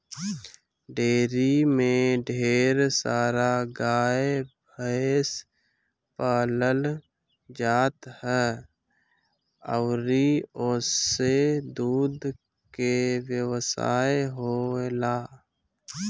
dairy में ढेर सारा गाए भइस पालल जात ह अउरी ओसे दूध के व्यवसाय होएला